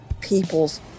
people's